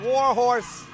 Warhorse